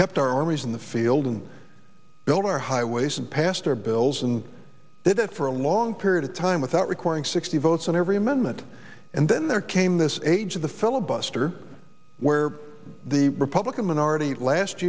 kept our armies in the field and build our highways and pastor bills and did it for a long period of time without requiring sixty votes on every amendment and then there came this age of the filibuster where the republican minority last